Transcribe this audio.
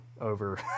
over